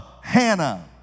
Hannah